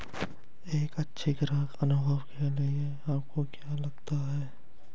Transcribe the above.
एक अच्छे ग्राहक अनुभव के लिए आपको क्या लगता है?